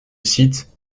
site